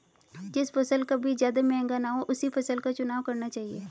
जिस फसल का बीज ज्यादा महंगा ना हो उसी फसल का चुनाव करना चाहिए